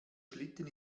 schlitten